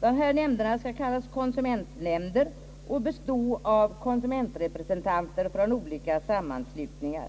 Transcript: Dessa nämnder skall kallas konsumentnämnder och bestå av konsumentrepresentanter från olika sammanslutningar.